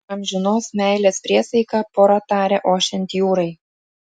amžinos meilės priesaiką pora tarė ošiant jūrai